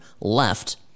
left